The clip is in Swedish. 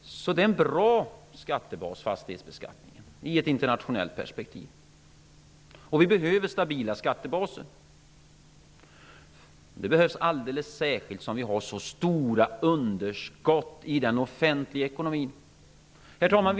Så fastighetsbeskattningen är en bra skattebas i ett internationellt perspektiv, och vi behöver stabila skattebaser. Det behövs alldeles särskilt som vi har så stora underskott i den offentliga ekonomin. Herr talman!